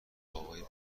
آقای